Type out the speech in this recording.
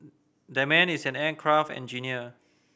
that man is an aircraft engineer